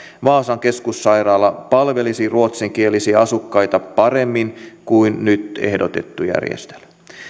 vaasan keskussairaala palvelisi ruotsinkielisiä asukkaita paremmin kuin nyt ehdotettu järjestely